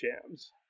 jams